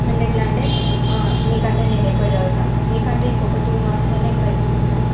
అంటే ఎట్లా అంటే నీకంటే నేను ఎక్కువ చదువుతాను నీకంటే ఇంకొక ఒక టూ మార్క్స్ అయినా ఎక్కువ తెచ్చుకుంటాను